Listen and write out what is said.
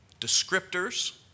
descriptors